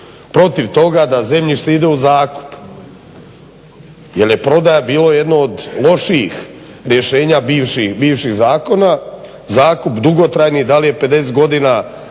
protiv toga da zemljište ide u zakup jer je prodaja bilo jedno od lošijih rješenja bivših zakona, zakup dugotrajni da li je 50 godina